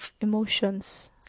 emotions